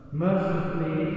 mercifully